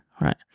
right